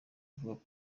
avuga